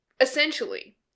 essentially